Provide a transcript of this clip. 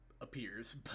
appears